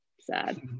Sad